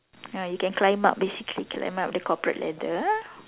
ah you can climb up basically climb up the corporate ladder